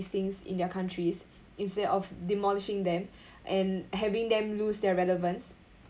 these things in their countries instead of demolishing them and having them lose their relevance